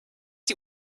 die